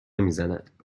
میزند